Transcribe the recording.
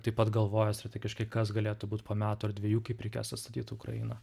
taip pat galvoja strategiškai kas galėtų būt po metų ar dviejų kaip reikės atstatyt ukrainą